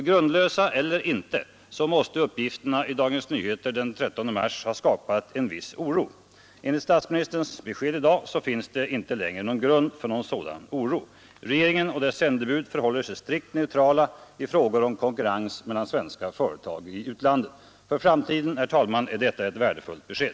Grundlösa eller inte måste uppgifterna i Dagens Nyheter den 13 mars ha skapat en viss oro. Enligt statsministerns besked i dag finns det inte längre någon grund för en sådan oro. Regeringen och dess sändebud förhåller sig strikt neutrala i frågor om konkurrens mellan svenska företag i utlandet. För framtiden, herr talman, är detta ett värdefullt besked.